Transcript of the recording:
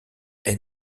les